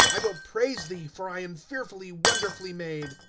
i will praise thee, for i am fearfully, wonderfully made.